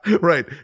right